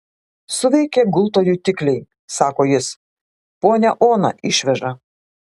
suveikė gulto jutikliai sako jis ponią oną išveža